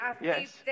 Yes